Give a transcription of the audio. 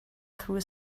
through